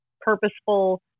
purposeful